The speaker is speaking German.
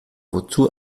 wozu